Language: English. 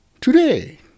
Today